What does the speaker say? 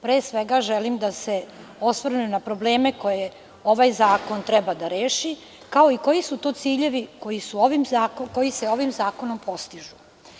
Pre svega, želim da se osvrnem na probleme koje ovaj zakon treba da reši, kao i koji su to ciljevi koji se ovim zakonom postižu.